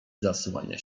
zasłania